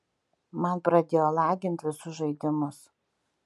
man pradėjo lagint visus žaidimus